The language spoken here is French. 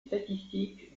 statistiques